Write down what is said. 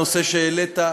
הנושא שהעלית,